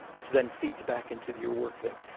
which then feeds back into your work thing.